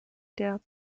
der